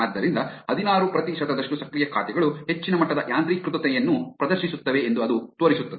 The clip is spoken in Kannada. ಆದ್ದರಿಂದ ಹದಿನಾರು ಪ್ರತಿಶತದಷ್ಟು ಸಕ್ರಿಯ ಖಾತೆಗಳು ಹೆಚ್ಚಿನ ಮಟ್ಟದ ಯಾಂತ್ರೀಕೃತತೆಯನ್ನು ಪ್ರದರ್ಶಿಸುತ್ತವೆ ಎಂದು ಅದು ತೋರಿಸುತ್ತದೆ